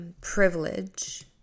privilege